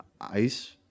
ice